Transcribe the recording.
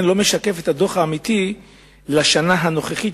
הזה לא משקף את המצב האמיתי בשנה הנוכחית,